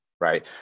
Right